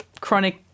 chronic